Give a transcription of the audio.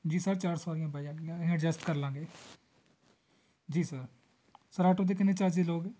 ਜੀ ਸਰ ਚਾਰ ਸਵਾਰੀਆਂ ਬਹਿ ਜਾਣਗੀਆਂ ਅਸੀਂ ਐਡਜਸਟ ਕਰ ਲਾਂਗੇ ਜੀ ਸਰ ਸਰ ਆਟੋ ਦੇ ਕਿੰਨੇ ਚਾਰਜਿਸ ਲਓਗੇ